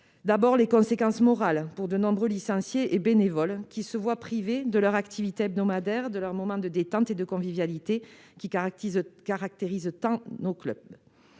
d'abord, des conséquences morales pour de nombreux licenciés et bénévoles, lesquels se voient privés de leur activité hebdomadaire, de leur moment de détente et de convivialité qui caractérisent tant nos clubs.